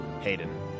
Hayden